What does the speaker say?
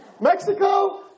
Mexico